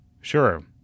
sure